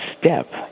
step